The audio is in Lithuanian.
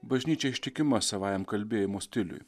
bažnyčia ištikima savajam kalbėjimo stiliui